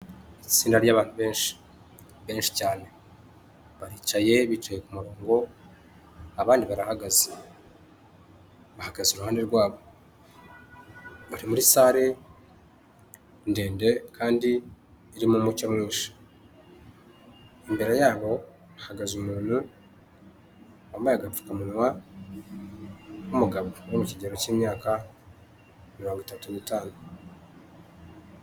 Itsinda ry'abantu benshi, benshi cyane, baricaye, bicaye ku murongo abandi barahagaze, bahagaze iruhande rwabo, bari muri sare ndende kandi irimo umucyo mwinshi, imbere yabo hahagaze umuntu wambaye agapfukamunwa w'umugabo, uri mu kigero cy'imyaka mirongo itatu n'itanu.